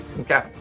Okay